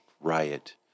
riot